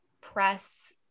press